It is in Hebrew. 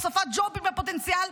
הוספת ג'ובים בפוטנציאל,